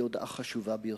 היא הודעה חשובה ביותר.